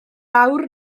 awr